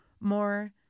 more